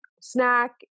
snack